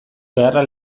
beharra